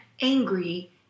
angry